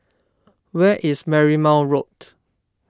where is Marymount Road